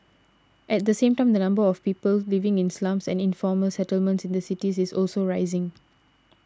at the same time the number of people living in slums and informal settlements in cities is also rising